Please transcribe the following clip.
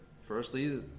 firstly